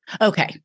Okay